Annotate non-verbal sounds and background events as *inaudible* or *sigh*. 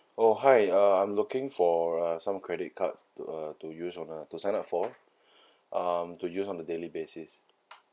oh hi uh I'm looking for uh some credit cards to uh to use on uh to sign up for *breath* um to use on a daily basis